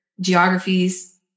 geographies